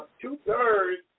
two-thirds